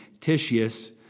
Titius